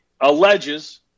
alleges